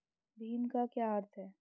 भीम का क्या अर्थ है?